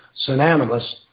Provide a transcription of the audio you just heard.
synonymous